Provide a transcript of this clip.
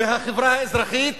והחברה האזרחית